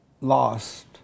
lost